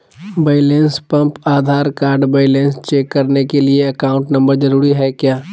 Balance pump Aadhaar card balance check करने के लिए अकाउंट नंबर जरूरी है क्या?